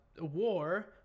war